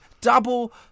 double